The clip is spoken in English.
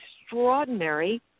extraordinary